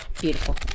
beautiful